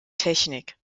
technik